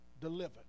delivered